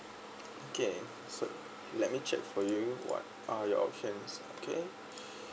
okay so let me check for you what are your options okay